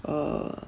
uh